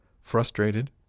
Frustrated